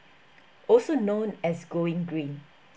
also known as going green